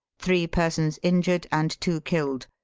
three persons injured and two killed.